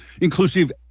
inclusive